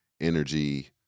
energy